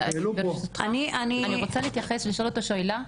אני רוצה להתייחס, לשאול אותו שאלה,